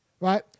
right